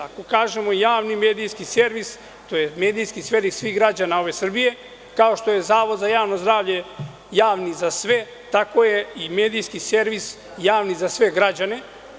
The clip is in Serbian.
Ako kažemo javni medijski servis to je medijski servis svih građana ove Srbije, kao što je Zavod za javno zdravlje javni za sve, tako je i medijski servis javni za sve građane.